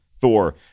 Thor